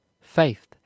faith